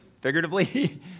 figuratively